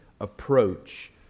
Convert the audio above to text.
approach